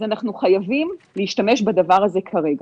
אז אנחנו חייבים להשתמש בדבר הזה כרגע.